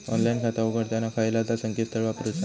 Online खाता उघडताना खयला ता संकेतस्थळ वापरूचा?